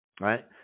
Right